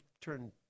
turn